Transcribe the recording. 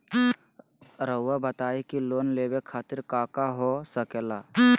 रउआ बताई की लोन लेवे खातिर काका हो सके ला?